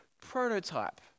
prototype